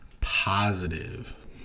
positive